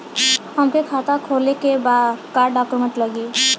हमके खाता खोले के बा का डॉक्यूमेंट लगी?